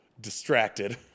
distracted